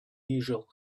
usual